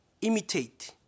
imitate